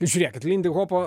žiūrėkit lindihopo